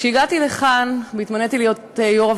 כשהגעתי לכאן בכנסת